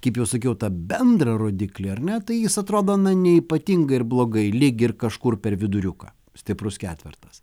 kaip jau sakiau tą bendrą rodiklį ar ne tai jis atrodo na neypatingai ir blogai lyg ir kažkur per viduriuką stiprus ketvertas